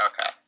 Okay